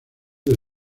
del